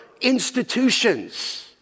institutions